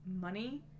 money